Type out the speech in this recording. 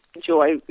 joy